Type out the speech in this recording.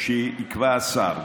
שיקבע השר,